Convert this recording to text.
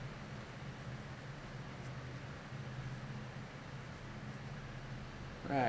right